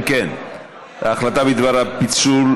המוצע,